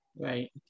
Right